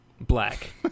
black